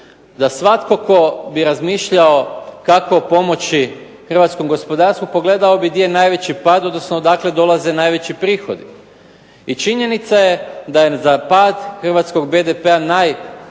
da svatko tko bi razmišljao kako pomoći hrvatskom gospodarstvu pogledao bi di je najveći pad, odnosno odakle dolaze najveći prihodi? I činjenica je da za pad hrvatskog BDP-a pod